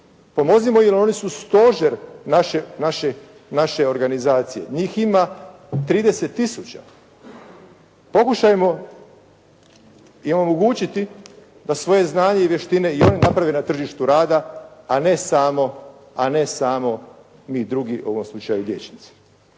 Pomozimo jer oni su stožer naše organizacije. Njih ima 30 tisuća. Pokušajmo im omogućiti da svoje znanje i vještine i one naprave na tržištu rada, a ne samo mi drugi, u ovom slučaju liječnici.